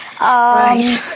Right